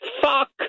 Fuck